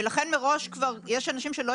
בכל המרפאות שלנו יש את הדברים הבסיסיים שיש